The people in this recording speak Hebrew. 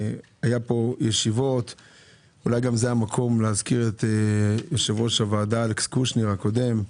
זהו המקום להזכיר את יושב ראש הוועדה הקודם,